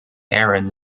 aaron